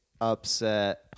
upset